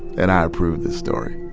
and i approve this story